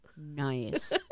Nice